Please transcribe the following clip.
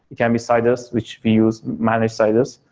can be citus, which we use manage citus.